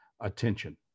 attention